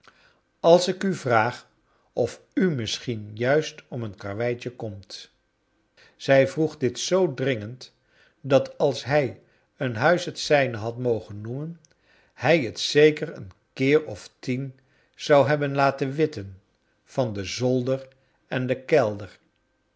als ik u vraag of u misschien juist om een karweitje komt zij vroeg dit zoo dringend dat als hij een huis het zijne had mogen noemen hij het zeker een keer of tien zou hebben laten witten van den z older en den k elder